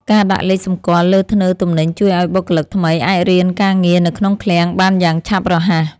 ការដាក់លេខសម្គាល់លើធ្នើទំនិញជួយឱ្យបុគ្គលិកថ្មីអាចរៀនការងារនៅក្នុងឃ្លាំងបានយ៉ាងឆាប់រហ័ស។